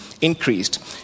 increased